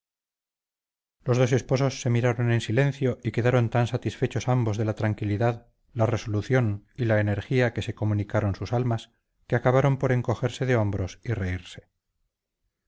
los dos esposos se miraron en silencio y quedaron tan satisfechos ambos de la tranquilidad la resolución y la energía que se comunicaron sus almas que acabaron por encogerse de hombros y reírse